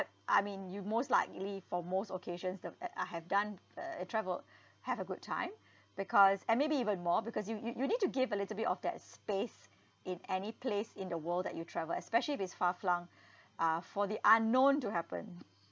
I mean you most likely for most occasions that uh I have done uh travel have a good time because and maybe even more because you you you need to give a little bit of that space in any place in the world that you travel especially if it's far-flung uh for the unknown to happen